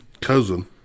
cousin